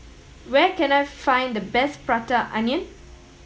where can I find the best Prata Onion